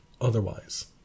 otherwise